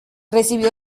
recibió